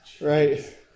right